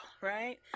right